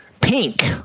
Pink